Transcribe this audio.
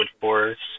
forest